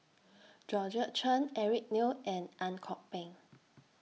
Georgette Chen Eric Neo and Ang Kok Peng